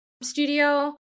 studio